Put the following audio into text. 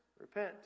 repent